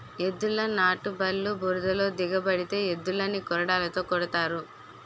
ఎద్దుల నాటుబల్లు బురదలో దిగబడితే ఎద్దులని కొరడాతో కొడతారు